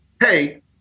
hey